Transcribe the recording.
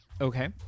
Okay